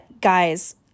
guys